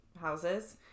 houses